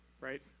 right